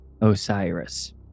Osiris